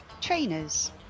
Trainers